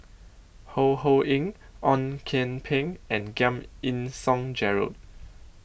Ho Ho Ying Ong Kian Peng and Giam Yean Song Gerald